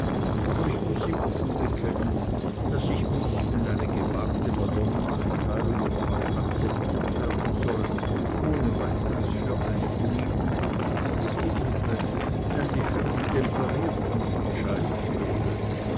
aber ich muß ihm offen bekennen daß ich mich wenn seine gewagte madonneneinteilung überhaupt akzeptiert werden soll ohne weiteres für eine von ihm ignorierte mittelgruppe nämlich für die temperierten entscheiden würde